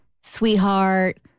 sweetheart